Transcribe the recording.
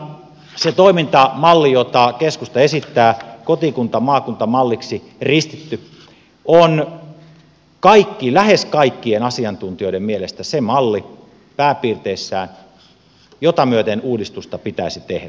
sen sijaan se toimintamalli jota keskusta esittää kotikuntamaakunta malliksi ristitty on lähes kaikkien asiantuntijoiden mielestä pääpiirteissään se malli jota myöten uudistusta pitäisi tehdä